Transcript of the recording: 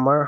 আমাৰ